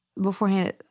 beforehand